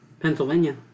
Pennsylvania